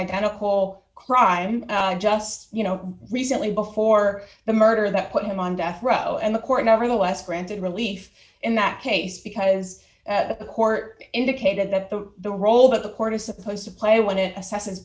identical crime just you know recently before the murder that put him on death row and the court nevertheless granted relief in that case because the court indicated that the the role that the court is supposed to play when it a